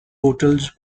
hotels